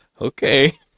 Okay